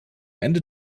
ende